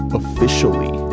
officially